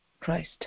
Christ